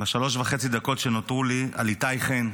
בשלוש וחצי הדקות שנותרו לי, על איתי חן.